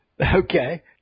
Okay